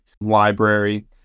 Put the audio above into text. library